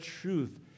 truth